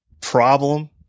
problem